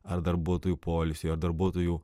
ar darbuotojų poilsiui ar darbuotojų